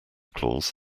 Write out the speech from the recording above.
claus